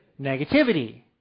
Negativity